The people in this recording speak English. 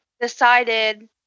decided